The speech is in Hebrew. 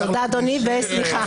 תודה אדוני וסליחה.